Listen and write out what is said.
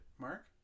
Mark